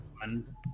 one